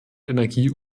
energie